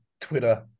Twitter